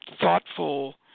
thoughtful